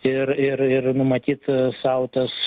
ir ir ir numatyt sau tas